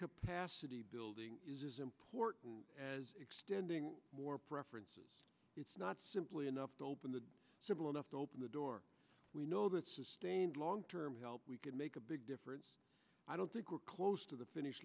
capacity building is important as extending more preferences it's not simply enough to open the simple enough to open the door we know that sustained long term help we can make a big difference i don't think we're close to the finish